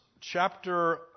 chapter